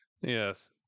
Yes